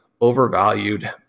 overvalued